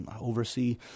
oversee